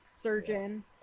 surgeon